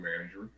manager